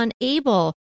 unable